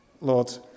Lord